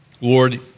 Lord